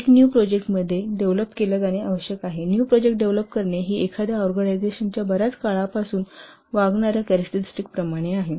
एक new project मध्ये develop केला जाणे आवश्यक आहे न्यू प्रोजेक्ट डेव्हलप करणे ही एखाद्या ऑर्गनायझेशनच्या बर्याच काळापासून वागणार्या कॅरेक्टरिस्टिक प्रमाणेच आहे